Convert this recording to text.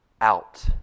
out